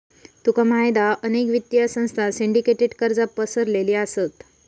तुका माहित हा अनेक वित्तीय संस्थांत सिंडीकेटेड कर्जा पसरलेली असत